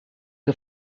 the